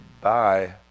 bye